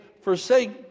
forsake